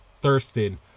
Thurston